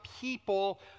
people